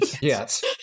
yes